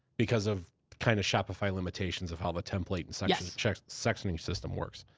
because of kinda shopify limitations of how the template and so yeah section system works.